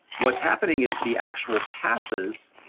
what's happening is the actual passes,